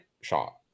shot